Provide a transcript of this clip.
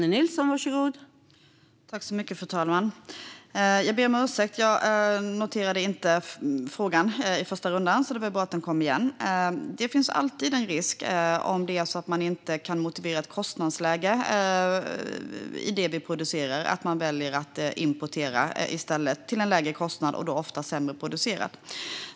Fru talman! Jag ber John Widegren om ursäkt. Jag noterade inte frågan i första rundan. Det var bra att den kom igen. Om ett kostnadsläge för det vi producerar inte kan motiveras finns det alltid en risk att man väljer att i stället importera till en lägre kostnad och då oftast något som är sämre producerat.